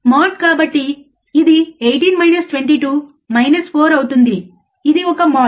mode కాబట్టి ఇది 18 minus 22 minus 4 అవుతుంది ఇది ఒక మోడ్